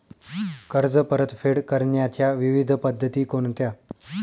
कर्ज परतफेड करण्याच्या विविध पद्धती कोणत्या?